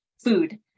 food